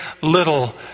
little